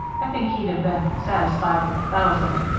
i think he'd have been satisfied with a thousand,